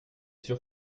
sûr